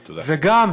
וגם,